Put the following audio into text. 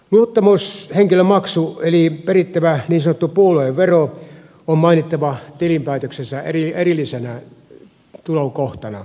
luottamushenkilömaksu eli perittävä niin sanottu puoluevero on mainittava tilinpäätöksessä erillisenä tulon kohtana